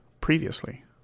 previously